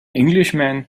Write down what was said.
englishman